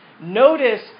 Notice